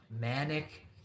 manic